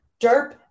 Derp